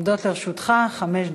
עומדות לרשותך חמש דקות.